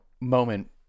moment